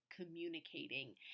communicating